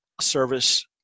service